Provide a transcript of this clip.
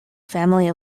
family